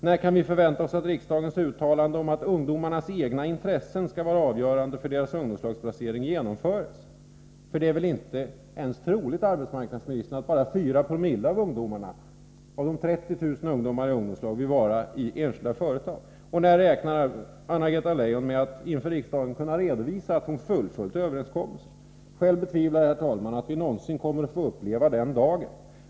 När kan vi förvänta oss att riksdagens uttalande om att ungdomarnas egna intressen skall vara avgörande för deras ungdomslagsplaceringar genomförs? Det är inte troligt, arbetsmarknadsministern, att bara 4960 av de 30 000 ungdomarna i ungdomslagen vill vara i enskilda företag. När räknar Anna-Greta Leijon med att inför riksdagen kunna redovisa att hon har fullföljt överenskommelsen? Själv betvivlar jag, herr talman, att vi någonsin kommer att få uppleva den dagen.